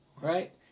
right